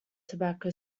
tobacco